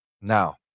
Now